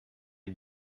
est